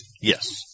Yes